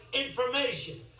information